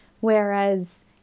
whereas